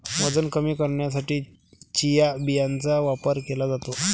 वजन कमी करण्यासाठी चिया बियांचा वापर केला जातो